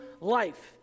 life